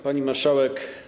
Pani Marszałek!